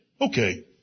Okay